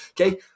Okay